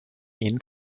ihnen